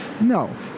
No